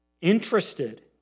interested